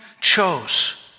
chose